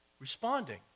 responding